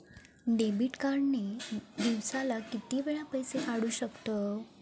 Debit card ने दिवसाला किती वेळा पैसे काढू शकतव?